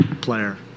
player